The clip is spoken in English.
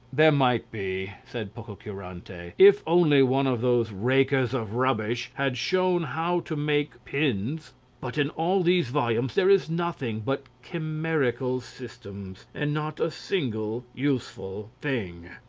there might be, said pococurante, if only one of those rakers of rubbish had shown how to make pins but in all these volumes there is nothing but chimerical systems, and not a single useful thing.